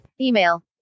Email